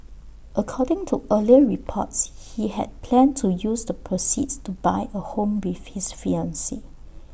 according to earlier reports he had planned to use the proceeds to buy A home with his fiancee